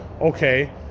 okay